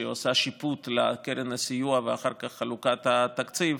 שעושה שיפוט לקרן הסיוע ואחר כך את חלוקת התקציב,